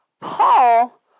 Paul